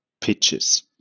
pitches